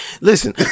Listen